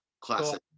classic